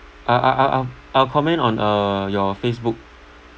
I I I'll I'll I'll comment on uh your facebook